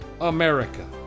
America